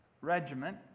regiment